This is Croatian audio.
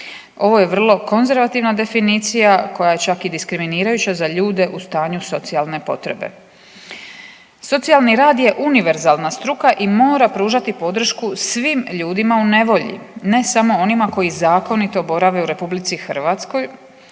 Ovo je vrlo konzervativna definicija koja je čak i diskriminirajuća za ljude u stanju socijalne potrebe. Socijalni rad je univerzalna struka i mora pružati podršku svim ljudima u nevolji ne samo onima koji zakonito borave u RH. Što